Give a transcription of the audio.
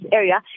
area